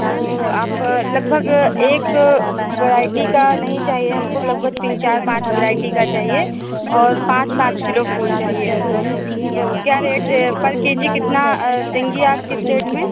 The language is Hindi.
तो आप लगभग एक वराइटी का नहीं चाहिए हमको लगभग तीन चार पाँच वेराइटी का चाहिए और पाँच पाँच किलो फूल चाहिए हमको तो क्या रेट पर के जी कितना देंगी आप किस रेट में